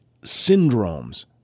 syndromes